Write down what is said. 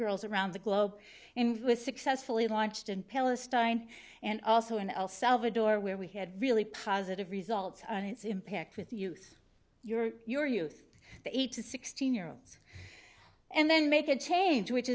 girls around the globe and was successfully launched in palestine and also in el salvador where we had a really positive result and its impact with the youth your your youth the eight to sixteen year olds and then make a change which